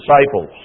disciples